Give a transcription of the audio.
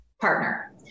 partner